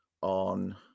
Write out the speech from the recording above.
On